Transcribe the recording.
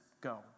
go